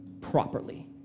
properly